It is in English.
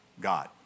God